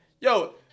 Yo